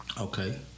Okay